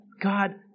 God